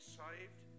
saved